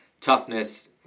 toughness